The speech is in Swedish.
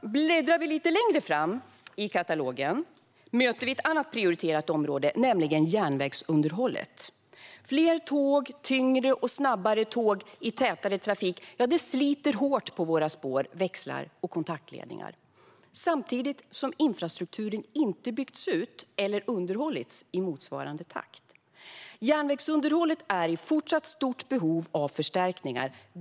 Bläddrar vi lite längre fram i katalogen möter vi ett annat prioriterat område, nämligen järnvägsunderhållet. Fler, tyngre och snabbare tåg i tätare trafik sliter hårt på våra spår, växlar och kontaktledningar samtidigt som infrastrukturen inte byggts ut eller underhållits i motsvarande takt. Järnvägsunderhållet är fortfarande i stort behov av förstärkningar.